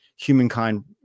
humankind